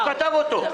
צריך לתקצב אותה.